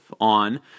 on